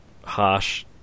harsh